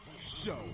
show